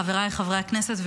חבריי חברי הכנסת,